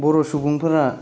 बर' सुबुंफोरा